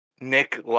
nick